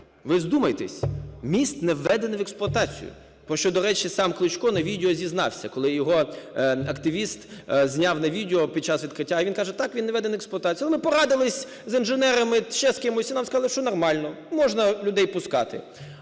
Ви вдумайтесь! Міст не введений в експлуатацію. Про що, до речі, сам Кличко на відео зізнався, коли його активіст зняв на відео під час відкриття. Він каже: "Так, він не введений в експлуатацію. Але ми порадились з інженерами, ще з кимось, і нам сказали, що нормально. Можна людей пускати."